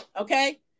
Okay